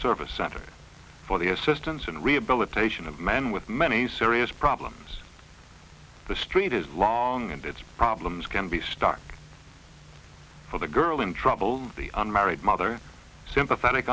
service center for the assistance and rehabilitation of men with many serious problems the street is long and its problems can be stuck for the girl in trouble the un married mother sympathetic